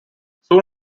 soon